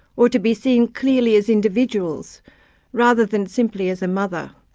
or to be seen clearly as individuals rather than simply as a mother,